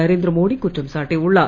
நரேந்திர மோடி குற்றம் சாட்டியுள்ளார்